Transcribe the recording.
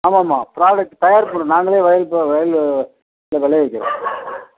ஆமாம் ஆமாம் ப்ரோடக்ட்டு தயார் பண்ணுறோம் நாங்கள் வயல் போ வயலில் விளைவிக்கிறோம்